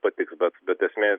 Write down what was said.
patiks bet bet esmė